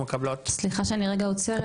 סליחה שאני רגע עוצרת.